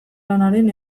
lanaren